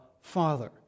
Father